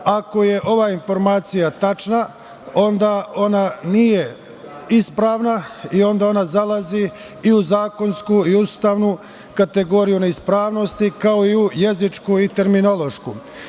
Ako je ova informacija tačna, onda ona nije ispravna i onda ona zalazi i u zakonsku i u ustavnu kategoriju neispravnosti, kao i u jezičku i u terminološku.